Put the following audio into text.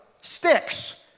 sticks